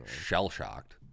shell-shocked